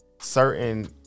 certain